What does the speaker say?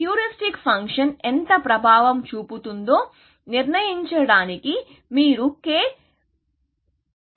heuristic function ఎంత ప్రభావం చూపుతుందో నిర్ణయించడానికి మీరు k పరిమితిని ఉపయోగిస్తారు